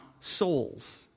souls